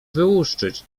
wyłuszczyć